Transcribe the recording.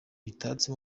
bitatse